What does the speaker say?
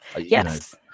Yes